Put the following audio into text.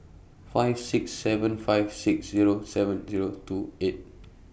five six seven five six Zero seven Zero two eight